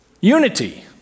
unity